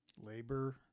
Labor